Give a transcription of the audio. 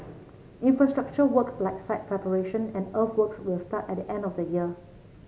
infrastructure work like site preparation and earthworks will start at the end of this year